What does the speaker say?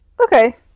okay